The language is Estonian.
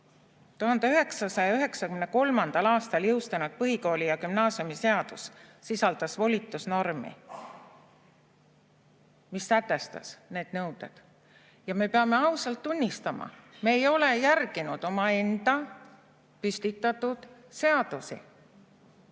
1993. aastal jõustunud põhikooli‑ ja gümnaasiumiseadus sisaldas volitusnormi, mis sätestas need nõuded. Me peame ausalt tunnistama: me ei ole järginud omaenda kehtestatud seadusi.